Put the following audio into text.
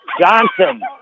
Johnson